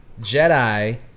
Jedi